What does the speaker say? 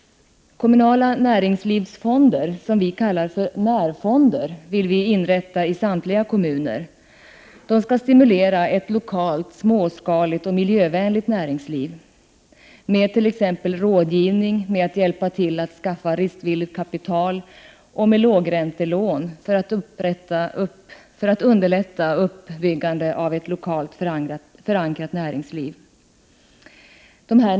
Kommunala näringslivsfonder, som vi kallar närfonder, vill vi inrätta i samtliga kommuner. De skall stimulera ett lokalt, småskaligt och miljövänligt näringsliv och genom rådgivning, genom att hjälpa till att skaffa riskvilligt kapital och med lågräntelån underlätta uppbyggnaden av ett lokalt förankrat näringsliv.